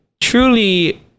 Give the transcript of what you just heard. truly